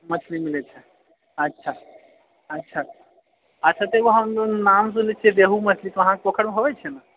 मछली मिलैत छै अच्छा अच्छा अच्छा तऽ एगो हम नाम सुनै छी रेहू मछली तऽ ओ अहाँकेँ पोखरिमे होइ छै ने